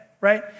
right